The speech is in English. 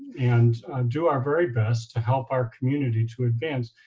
and do our very best to help our community to advance.